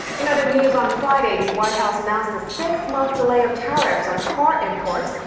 in other news, on friday, the white house announced a six month delay of tariffs on car imports.